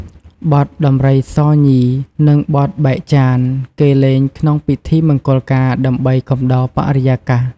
បទដំរីសញី និងបទបែកចាន គេលេងក្នុងពិធីមង្គលការ ដើម្បីកំដរបរិយាកាស។